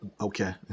okay